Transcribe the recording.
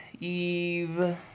Eve